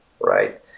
right